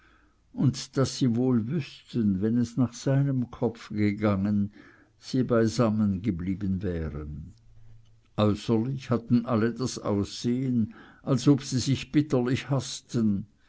und daß sie wohl wüßten wenn es nach seinem kopfe gegangen sie beisammen geblieben wären äußerlich hatten alle das aussehen als ob sie sich bitterlich haßten